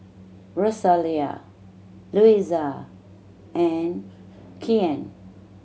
Rosalia Luisa and Kyan